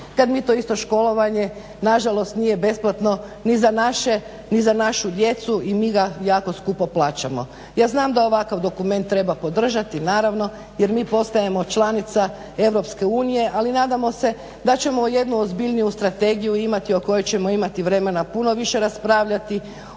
kad mi to isto školovanje na žalost nije besplatno ni za našu djecu i mi ga jako skupo plaćamo. Ja znam da ovakav dokument treba podržati naravno jer mi postajemo članica Europske unije, ali nadamo se da ćemo jednu ozbiljniju strategiju imati o kojoj ćemo imati vremena puno više raspravljati,